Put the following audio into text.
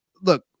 look